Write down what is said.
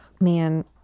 Man